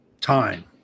time